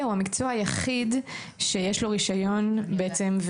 הוא המקצוע היחיד שיש לו רישיון בעצם,